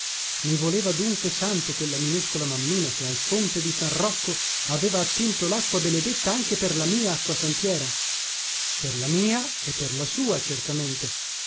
i voleva dunque santo quella minuscola mammina se al fonte di san rocco aveva attinto lacqua benedetta anche per la mia acquasantiera per la mia e per la sua certamente